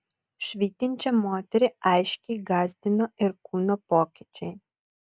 švytinčią moterį aiškiai gąsdino ir kūno pokyčiai